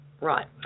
Right